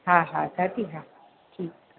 हा हा दादी हा ठीकु